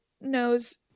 knows